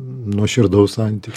nuoširdaus santykio